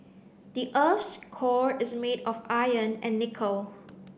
the earth's core is made of iron and nickel